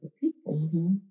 people